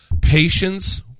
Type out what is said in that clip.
Patience